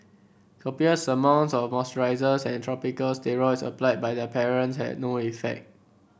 copious amounts of moisturisers and topical steroids applied by the parents had no effect